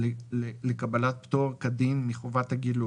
לקבלת פטור כדין מחובת הגילוי,